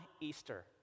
easter